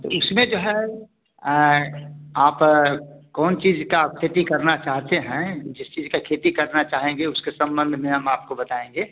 तो इसमें जो है आएँ आप कौन चीज़ का आप खेती करना चाहते हैं जिस चीज़ की खेती करना चाहेंगे उसके संबंध में हम आपको बताएँगे